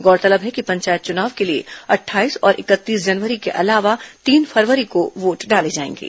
गौरतलब है कि पंचायत चुनाव के लिए अट्ठाईस और इकतीस जनवरी के अलावा तीन फरवरी को वोट डाले जाएंगे